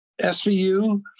svu